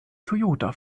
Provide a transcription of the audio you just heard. toyota